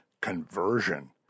conversion